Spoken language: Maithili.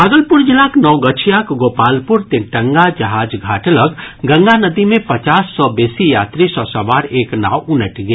भागलपुर जिलाक नवगछियाक गोपालपुर तीनटंगा जहाज घाट लऽग गंगा नदी मे पचास सँ बेसी यात्री सँ सवार एक नाव उनटि गेल